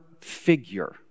figure